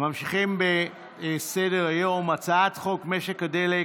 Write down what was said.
ממשיכים בסדר-היום, הצעת חוק משק הדלק